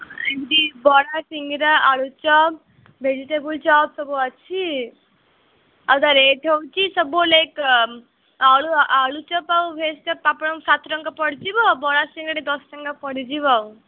ଏମିତି ବରା ସିଙ୍ଗଡ଼ା ଆଳୁଚପ ଭେଜିଟେବୁଲ୍ ଚପ୍ ସବୁ ଅଛି ଆଉ ତା ରେଟ୍ ହେଉଛି ସବୁ ଲାଇକ୍ ଆଳୁ ଆଳୁଚପ ଆଉ ଭେଜ୍ଚପ ଆପଣଙ୍କୁ ସାତ ଟଙ୍କା ପଡ଼ିଯିବ ବରା ସିଙ୍ଗଡ଼ା ଦଶ ଟଙ୍କା ପଡ଼ିଯିବ ଆଉ